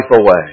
away